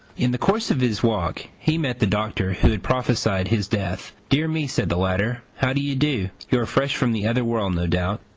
in the course of his walk he met the doctor who had prophesied his death. dear me, said the latter, how do you do? you are fresh from the other world, no doubt.